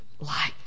light